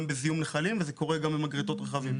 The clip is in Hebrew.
בזיהום נחלים וזה קורה גם במגרטות רכבים,